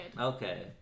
Okay